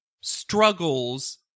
struggles